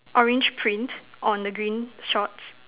orange print on the green shorts